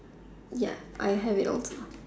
ya I have it also